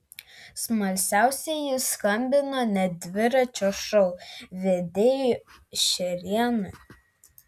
smalsiausieji skambino net dviračio šou vedėjui šerėnui